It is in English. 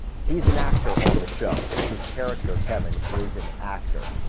he's an actor on the show, so his character, kevin, is an actor.